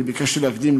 אני ביקשתי להקדים,